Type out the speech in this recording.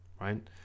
right